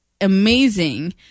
Amazing